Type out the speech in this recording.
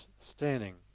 standing